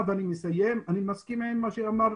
אני רוצה לסמן איזה שהוא קו מסוים,